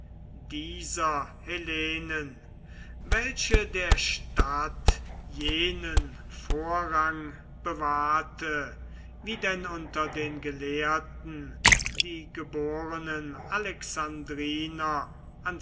dieser hellenen welche der stadt jenen vorrang bewahrte wie denn unter den gelehrten die geborenen